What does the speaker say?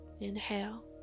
Inhale